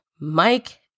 Mike